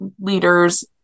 leaders